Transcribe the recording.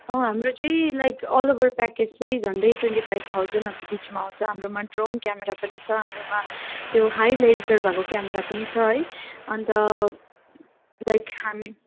हाम्रो चाहिँ like all over package चाहिँ झन्डै ट्वेन्टी फाइभ थाउजन्डहरूको बिचमा आउँछ हाम्रोमा ड्रोन क्यामरा पनि छ हाम्रोमा त्यो हाई लेन्सहरू भएको क्यामरा पनि छ है अन्त लाइक हामी